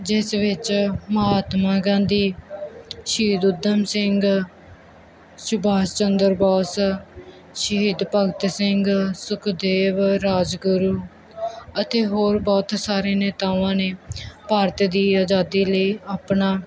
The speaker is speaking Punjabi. ਜਿਸ ਵਿੱਚ ਮਹਾਤਮਾ ਗਾਂਧੀ ਸ਼ਹੀਦ ਊਧਮ ਸਿੰਘ ਸੁਭਾਸ਼ ਚੰਦਰ ਬੋਸ ਸ਼ਹੀਦ ਭਗਤ ਸਿੰਘ ਸੁਖਦੇਵ ਰਾਜਗੁਰੂ ਅਤੇ ਹੋਰ ਬਹੁਤ ਸਾਰੇ ਨੇਤਾਵਾਂ ਨੇ ਭਾਰਤ ਦੀ ਆਜ਼ਾਦੀ ਲਈ ਆਪਣਾ